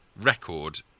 record